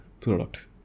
product